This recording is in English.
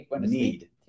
need